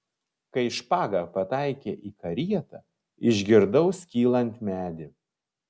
kai špaga pataikė į karietą išgirdau skylant medį